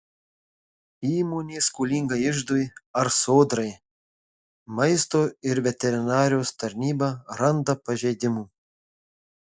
įmonė skolinga iždui ar sodrai maisto ir veterinarijos tarnyba randa pažeidimų